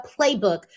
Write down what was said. playbook